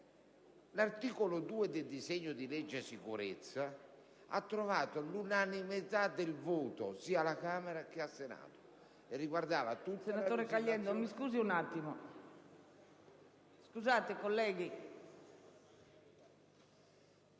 L'articolo 2 del disegno di legge sicurezza ha trovato l'unanimità del voto sia alla Camera che al Senato